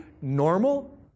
normal